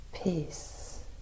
Peace